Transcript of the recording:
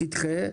תדחה,